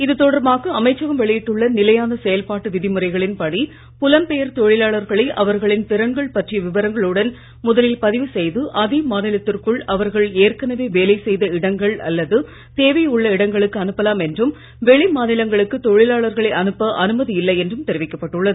இது தொடர்பாக வெளியிட்டுள்ள நிலையான செயல்பாட்டு அமைச்சகம் விதிமுறைகளின்படி புலம்பெயர் தொழிலாளர்களை அவர்களின் திறன்கள் பற்றிய விவரங்களுடன் முதலில் பதிவு செய்து அதே மாநிலத்திற்குள் அவர்கள் ஏற்கனவே வேலை செய்த இடங்கள் அல்லது தேவை உள்ள இடங்களுக்கு அனுப்பலாம் என்றும் வெளி மாநிலங்களுக்கு தொழிலாளர்களை அனுப்ப அனுமதி இல்லை என்றும் தெரிவிக்கப் பட்டுள்ளது